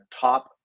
top